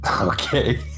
Okay